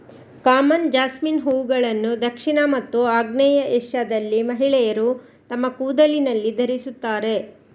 common jasmine ಹೂವುಗಳನ್ನು ದಕ್ಷಿಣ ಮತ್ತು ಆಗ್ನೇಯ ಏಷ್ಯಾದಲ್ಲಿ ಮಹಿಳೆಯರು ತಮ್ಮ ಕೂದಲಿನಲ್ಲಿ ಧರಿಸುತ್ತಾರೆ